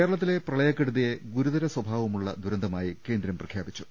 കേരളത്തിലെ പ്രളയക്കെടുതിയെ ഗുരുതര സ്വഭാവമുള്ള ദൂര ന്തമായി കേന്ദ്രം പ്രഖ്യാപിച്ചു